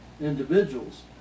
individuals